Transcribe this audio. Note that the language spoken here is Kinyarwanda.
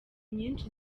nyinshi